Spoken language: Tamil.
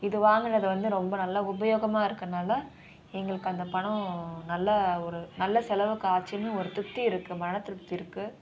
இது வாங்கினது வந்து ரொம்ப நல்லா உபயோகமாக இருக்கிறதுனால எங்களுக்கு அந்த பணம் நல்ல ஒரு நல்ல செலவுக்கு ஆச்சுன்னு ஒரு திருப்தி இருக்குது மன திருப்தி இருக்குது